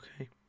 okay